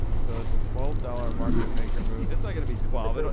so it's a twelve dollars market maker move. it's not going to be twelve.